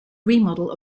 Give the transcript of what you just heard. remodel